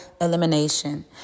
elimination